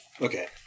Okay